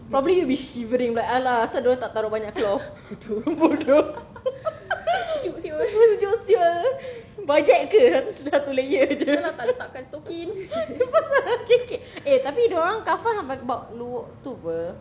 probably you be shivering like !alah! asal dia orang tak taruk banyak cloth bodoh sejuk [siol] bajet ke satu layer jer tu lah pasal tapi eh dia orang kafan sampai tu apa